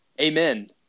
amen